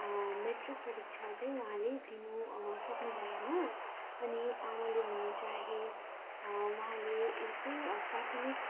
metric परीक्षा त्यही उहाँले दिनु सक्नुभएन अनि आमाले भने चाहिँ उहाँले यस्तै प्राथमिक